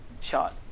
shot